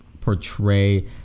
portray